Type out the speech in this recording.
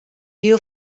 hiel